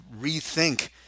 rethink